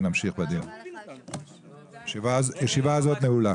הישיבה נעולה.